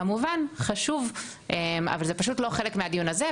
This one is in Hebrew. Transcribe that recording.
כמובן שזה חשוב, אבל לא חלק מהדיון הזה.